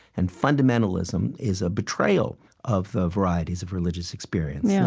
and fundamentalism is a betrayal of the varieties of religious experience, yeah